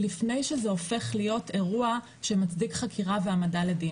לפני שזה הופך להיות אירוע שמצדיק חקירה והעמדה לדין.